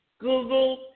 Google